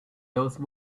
those